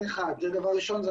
זה דבר ראשון.